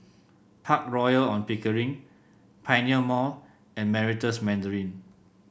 Park Royal On Pickering Pioneer Mall and Meritus Mandarin